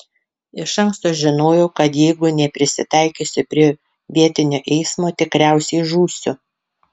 iš anksto žinojau kad jeigu neprisitaikysiu prie vietinio eismo tikriausiai žūsiu